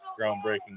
groundbreaking